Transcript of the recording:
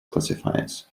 classifiers